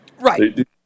Right